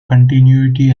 continuity